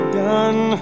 done